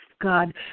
God